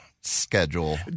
schedule